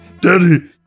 Daddy